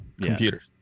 computers